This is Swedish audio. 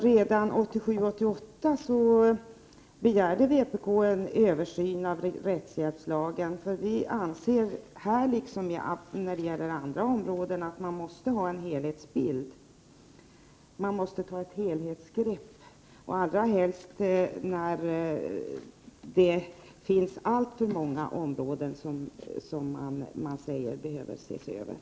Redan 1987/88 begärde vpk en översyn av rättshjälpslagen. Vi anser här liksom i andra sammanhang att man måste ha en helhetsbild och ta ett stort grepp, allra helst när det ställs krav på översyn på alltför många områden samtidigt.